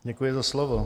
Děkuji za slovo.